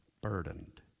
burdened